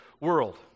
world